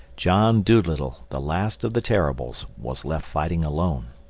john dolittle, the last of the terribles, was left fighting alone.